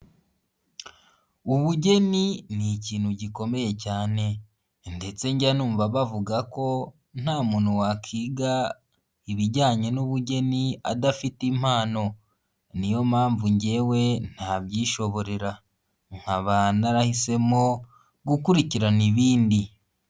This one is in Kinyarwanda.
Ubugeni ni ikintu gikomeye cyane ndetse njya numva bavuga ko nta muntu wakiga ibijyanye n'ubugeni adafite impano, niyo mpamvu njyewe ntabyishoborera nkaba narahisemo gukurikirana ibindi.